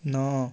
ନଅ